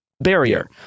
barrier